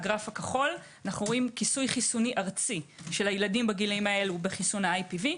אנו רואים כיסוי חיסוני ארצי של הילדים בגילאים אלה בכיסוי ה-IPV.